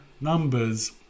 numbers